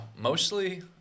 mostly